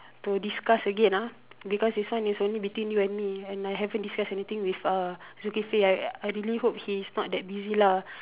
to discuss again ah because this one is only between you and me and I haven't discuss anything with uh Zukifli I I really hope he's not that busy lah